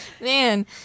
man